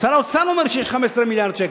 שר האוצר אומר שיש 15 מיליארד שקל.